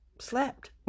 slept